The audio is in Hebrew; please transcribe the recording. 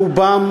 רובם,